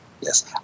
yes